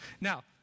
Now